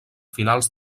finals